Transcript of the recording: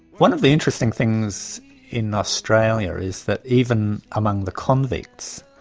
one of the interesting things in australia is that even among the convicts,